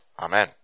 Amen